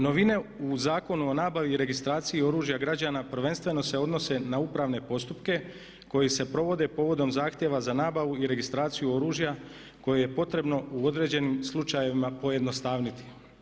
Novine u Zakonu o nabavi i registraciji oružja građana prvenstveno se odnose na upravne postupke koji se provode povodom zahtjeva za nabavu i registraciju oružja koje je potrebno u određenim slučajevima pojednostavniti.